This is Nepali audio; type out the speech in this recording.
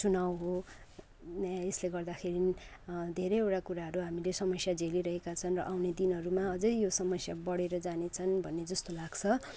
चुनाव हो यसले गर्दाखेरि धेरैवटा कुराहरू हामीले समस्या झेलिरहेका छन् र आउने दिनहरूमा अझै यो समस्या बढेर जानेछन् भन्ने जस्तो लाग्छ